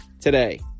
today